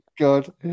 God